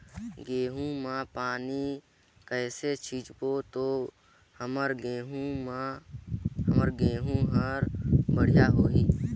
गहूं म पानी कइसे सिंचबो ता हमर गहूं हर बढ़िया होही?